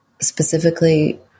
specifically